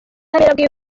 ubutabera